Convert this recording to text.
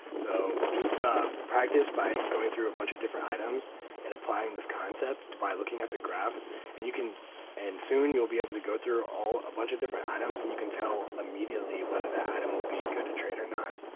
so just ah practice by going through a bunch of different items and applying this concept by looking at the graph and you can and soon you'll be able to go through all a bunch of different items and you can tell immediately whether the item will be good to trade or not